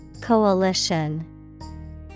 COALITION